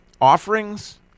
offerings